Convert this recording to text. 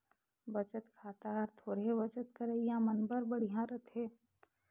बचत खाता हर थोरहें बचत करइया मन बर बड़िहा रथे